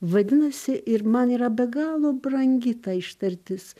vadinasi ir man yra be galo brangi ta ištartis